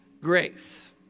grace